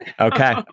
okay